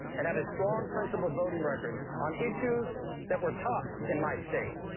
and have a strong principled voting record on issues that were tough in my state,